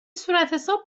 صورتحساب